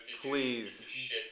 Please